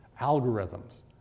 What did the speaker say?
algorithms